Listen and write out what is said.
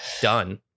done